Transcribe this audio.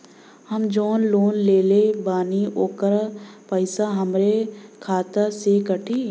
हम जवन लोन लेले बानी होकर पैसा हमरे खाते से कटी?